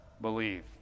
believe